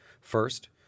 First